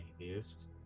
atheist